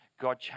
God